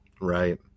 Right